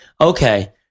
Okay